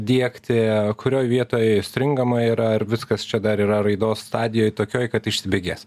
diegti kurioj vietoj stringama yra ar viskas čia dar yra raidos stadijoj tokioj kad išsibėgės